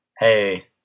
hey